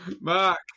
Mark